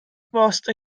bost